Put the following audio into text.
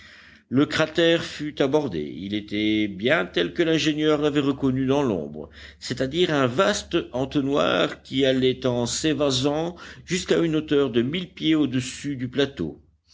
le cratère fut abordé il était bien tel que l'ingénieur l'avait reconnu dans l'ombre c'est-à-dire un vaste entonnoir qui allait en s'évasant jusqu'à une hauteur de mille pieds au-dessus du plateau